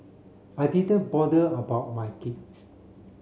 I didn't bother about my kids